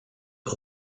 the